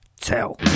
tell